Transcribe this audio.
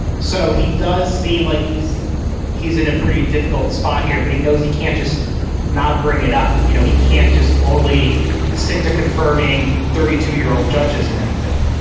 so he does seem like he's he's in a pretty difficult spot here. but he knows he can't just not bring it up. you know, he can't just only stick to confirming thirty two year old judges or anything.